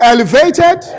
Elevated